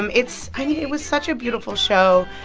um it's i mean, it was such a beautiful show.